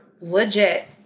legit